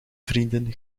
vrienden